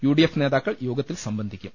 U D F നേതാക്കൾ യോഗത്തിൽ സംബന്ധിക്കും